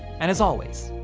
and as always,